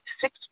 six